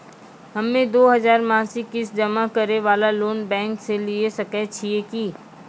हम्मय दो हजार मासिक किस्त जमा करे वाला लोन बैंक से लिये सकय छियै की?